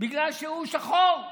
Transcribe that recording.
בגלל שהוא שחור.